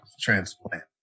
transplant